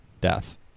death